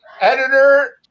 editor